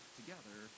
together